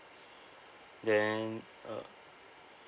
then uh